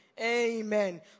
Amen